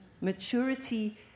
Maturity